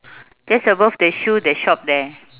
just above the shoe the shop there